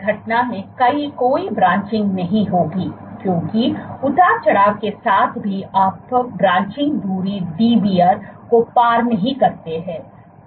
इसलिए इस घटना में कोई ब्रांचिंग नहीं होगी क्योंकि उतार चढ़ाव के साथ भी आप ब्रांचिंग दूरी Dbrको पार नहीं करते हैं